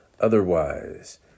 Otherwise